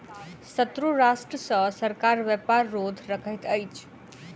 शत्रु राष्ट्र सॅ सरकार व्यापार रोध रखैत अछि